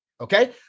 Okay